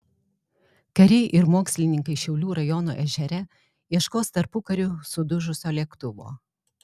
kariai ir mokslininkai šiaulių rajono ežere ieškos tarpukariu sudužusio lėktuvo